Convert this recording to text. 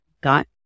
got